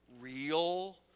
real